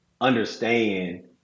understand